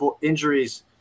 injuries